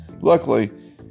Luckily